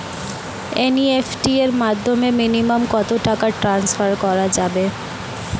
NEFT এর মাধ্যমে minimum কত টাকা টান্সফার করা যাবে?